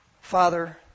Father